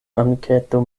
amiketo